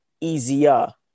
easier